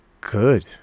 good